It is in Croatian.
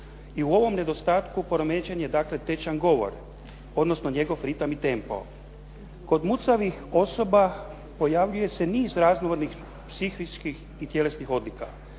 I u ovom nedostatku poremećen je dakle, tečan govor. Odnosno njegov ritam i tempo. Kod mucavih osoba pojavljuje se niz …/Govornik se ne razumije./… psihičkih i tjelesnih odlika.